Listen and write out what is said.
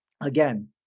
Again